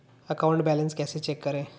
Account balance कैसे check करें?